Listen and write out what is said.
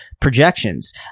projections